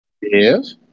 Yes